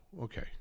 okay